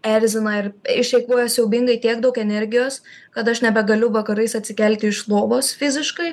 erzina ir išeikvoja siaubingai tiek daug energijos kad aš nebegaliu vakarais atsikelti iš lovos fiziškai